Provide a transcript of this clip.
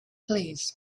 please